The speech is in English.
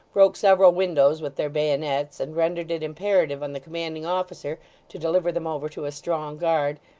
broke several windows with their bayonets, and rendered it imperative on the commanding officer to deliver them over to a strong guard,